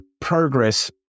progress